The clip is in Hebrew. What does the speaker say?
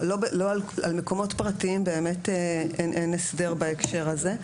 על מקומות פרטיים באמת אין הסדר בהקשר הזה,